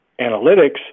analytics